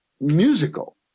musical